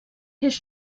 his